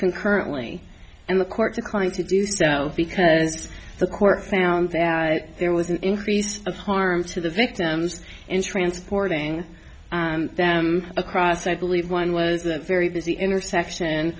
concurrently and the court declined to do so because the court found that there was an increase of harm to the victims in transporting them across i believe one was a very busy intersection